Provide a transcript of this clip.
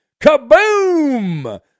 kaboom